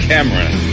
Cameron